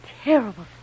terrible